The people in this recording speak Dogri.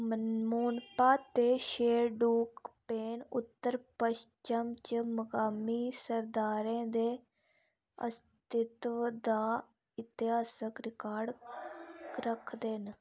मोनपा ते शेरडुकपेन उत्तर पच्छम च मकामी सरदारें दे अस्तित्व दा इतिहासक रिकार्ड रखदे न